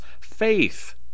faith